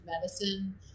medicine